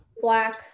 black